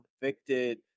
convicted